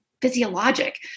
physiologic